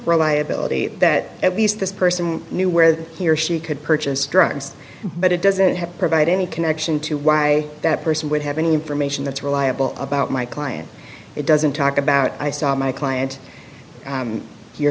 reliability that at least this person knew where he or she could purchase drugs but it doesn't have to provide any connection to why that person would have any information that's reliable about my client it doesn't talk about i saw my client